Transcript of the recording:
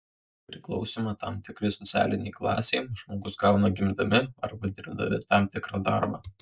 priklausymą tam tikrai socialinei klasei žmonės gauna gimdami arba dirbdami tam tikrą darbą